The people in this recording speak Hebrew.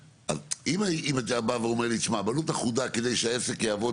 אם אתה בא ואומר לי תשמע בעלות אחודה כדשי שהעסק יעבוד